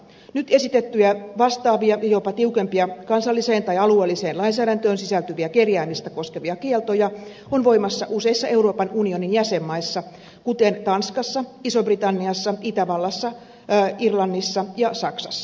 nyt esitettyjä vastaavia ja jopa tiukempia kansalliseen tai alueelliseen lainsäädäntöön sisältyviä kerjäämistä koskevia kieltoja on voimassa useissa euroopan unionin jäsenmaissa kuten tanskassa isossa britanniassa itävallassa irlannissa ja saksassa